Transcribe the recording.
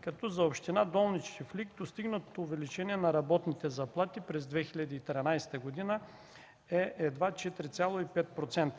като за община Долни чифлик постигнатото увеличение на работните заплати през 2013 г. е едва 4,5%.